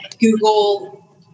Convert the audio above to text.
Google